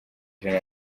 ijana